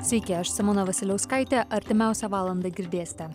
sveiki aš simona vasiliauskaitė artimiausią valandą girdėsite